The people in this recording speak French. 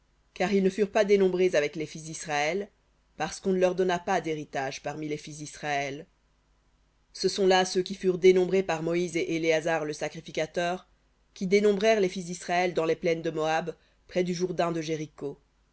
car ils ne furent pas dénombrés avec les fils d'israël parce qu'on ne leur donna pas d'héritage parmi les fils d'israël v hébreu ce sont là ceux qui furent dénombrés par moïse et éléazar le sacrificateur qui dénombrèrent les fils d'israël dans les plaines de moab près du jourdain de jéricho